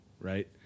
right